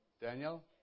Daniel